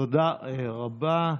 תודה רבה.